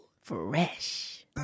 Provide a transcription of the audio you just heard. Fresh